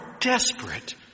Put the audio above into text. desperate